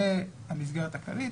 זו המסגרת הכללית.